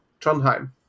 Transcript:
Trondheim